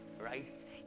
right